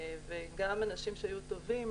וגם אנשים שהיו טובים,